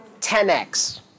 10x